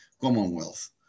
Commonwealth